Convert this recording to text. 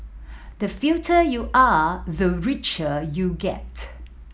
the you are the richer you get